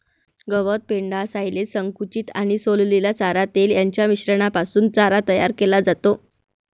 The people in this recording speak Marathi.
गवत, पेंढा, सायलेज, संकुचित आणि सोललेला चारा, तेल यांच्या मिश्रणापासून चारा तयार केला जातो